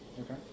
Okay